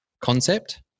concept